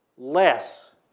Less